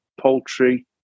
poultry